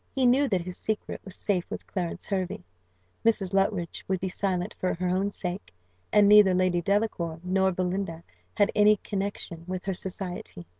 he knew that his secret was safe with clarence hervey mrs. luttridge would be silent for her own sake and neither lady delacour nor belinda had any connexion with her society.